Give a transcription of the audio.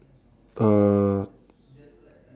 uh